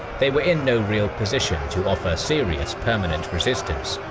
they were in no real position to offer serious permanent resistance,